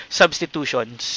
substitutions